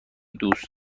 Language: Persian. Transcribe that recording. دوست